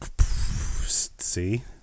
see